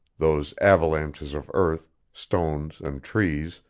those avalanches of earth, stones and trees,